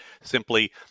simply